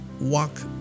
walk